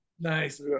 Nice